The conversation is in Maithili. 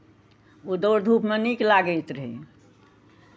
ओ दौड़धूपमे नीक लागैत रहै